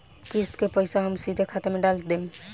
किस्त के पईसा हम सीधे खाता में डाल देम?